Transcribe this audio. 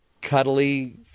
cuddly